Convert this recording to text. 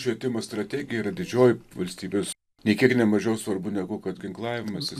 švietimo strategija yra didžioji valstybės nė kiek nemažiau svarbu negu kad ginklavimasis